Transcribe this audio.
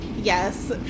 yes